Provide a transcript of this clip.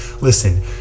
listen